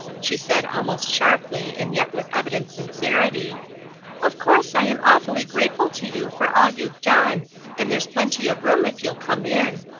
she said almost sharply and yet with evident sincerity of course i am awfully grateful to you for all you've done and there's plenty of room if you'll come in.